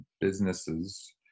businesses